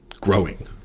growing